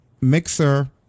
mixer